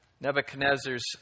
Nebuchadnezzar's